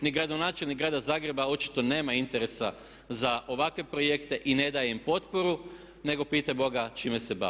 Ni gradonačelnik grada Zagreba očito nema interesa za ovakve projekte i ne daje im potporu, nego pitaj Boga čime se bavi.